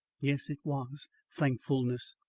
yes, it was thankfulness.